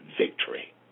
victory